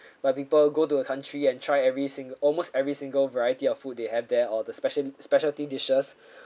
but people go to a country and try every single almost every single variety of food they have there or the special speciality dishes